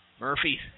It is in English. Murphy